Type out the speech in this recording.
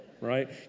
Right